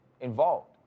involved